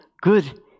good